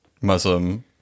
Muslim